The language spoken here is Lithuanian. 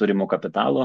turimu kapitalu